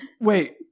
Wait